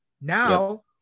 Now